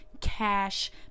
cash